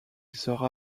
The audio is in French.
sera